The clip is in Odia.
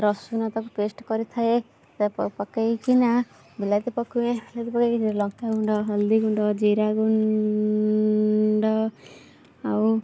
ରସୁଣ ଅଦା ପେଷ୍ଟ କରିଥାଏ ତାକୁ ପକାଇକିନା ବିଲାତି ପକାଇ ଲଙ୍କା ଗୁଣ୍ଡ ହଳଦୀ ଗୁଣ୍ଡ ଜିରା ଗୁଣ୍ଡ ଆଉ